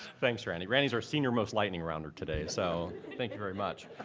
thanks, randy. randy is our senior-most lightning rounder today so thank you very much.